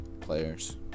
Players